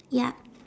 ya